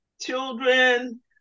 children